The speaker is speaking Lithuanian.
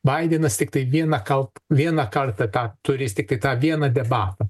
baidenas tiktai vieną kalt vieną kartą tą turi jis tiktai tą vieną debatą